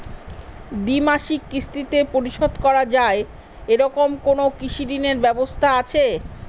দ্বিমাসিক কিস্তিতে পরিশোধ করা য়ায় এরকম কোনো কৃষি ঋণের ব্যবস্থা আছে?